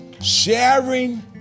sharing